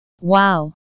Wow